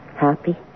Happy